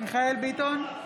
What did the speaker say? מיכאל מרדכי ביטון,